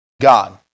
God